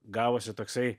gavosi toksai